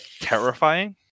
terrifying